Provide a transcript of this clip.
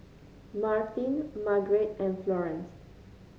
Martin Margarete and Florance